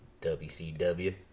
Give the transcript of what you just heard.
wcw